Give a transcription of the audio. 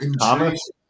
Thomas